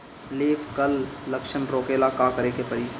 Leaf curl लक्षण रोकेला का करे के परी?